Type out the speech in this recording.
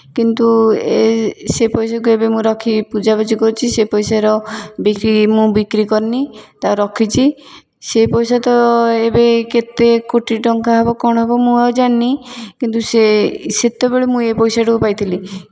କିନ୍ତୁ ଏ ସେ ପଇସାକୁ ଏବେ ମୁଁ ରଖି ପୂଜାପୂଜି କରୁଛି ସେ ପଇସାର ବିକି ମୁଁ ବିକ୍ରି କରିନି ତାକୁ ରଖିଛି ସେ ପଇସା ତ ଏବେ କେତେ କୋଟି ଟଙ୍କା ହେବ କ'ଣ ହେବ ମୁଁ ଆଉ ଯାଣିନି କିନ୍ତୁ ସେ ସେତେବେଳେ ମୁଁ ଏ ପଇସାଟାକୁ ପାଇଥିଲି